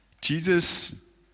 Jesus